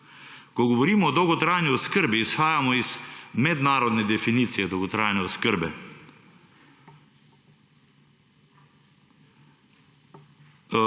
Ko govorimo o dolgotrajni oskrbi, izhajamo iz mednarodne definicije dolgotrajne oskrbe,